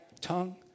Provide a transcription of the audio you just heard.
tongue